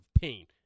pain